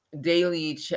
Daily